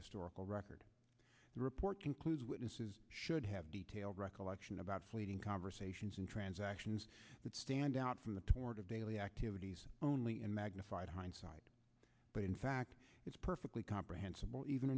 historical record the report concludes should have detailed recollection about fleeting conversations and transactions that stand out from the tort of daily activity only in magnified hindsight but in fact it's perfectly comprehensible even